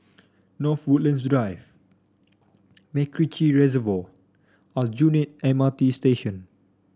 North Woodlands Drive MacRitchie Reservoir Aljunied M R T Station